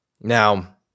Now